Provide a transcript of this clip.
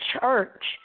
church